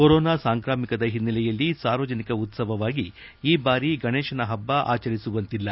corona ಸಾಂಕ್ರಾಮಿಕದ ಹಿನ್ನೆಲೆಯಲ್ಲಿ ಸಾರ್ವಜನಿಕ ಉತ್ಸವವಾಗಿ ಈ ಬಾರಿ ಗಣೇಶೋತ್ಸವ ಆಚರಿಸುವಂತಿಲ್ಲ